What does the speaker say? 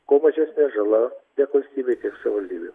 kuo mažesnė žala tiek valstybei tiek savivaldybei